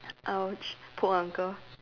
!ouch! poor uncle